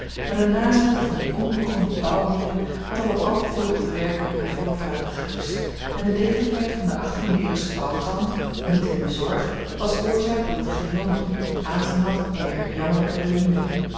maar de nazaten van die onbekrompen bouwheeren hadden wat al te veel op de werken hunner voorvaderen gerust en de degelijkheid van den achttiende eeuwschen bouwtrant niet hunne zorg was oorzaak dat het geheel nog niet het aanzien had eener jammerlijke ruïne